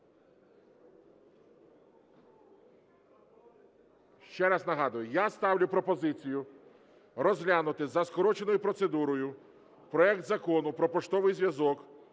Ще раз нагадую, я ставлю пропозицію розглянути за скороченою процедурою проект Закону про поштовий зв'язок